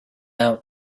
out